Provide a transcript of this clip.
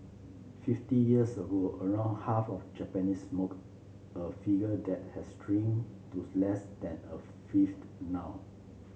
fifty years ago around half of Japanese smoked a figure that has shrunk to less than a fifth now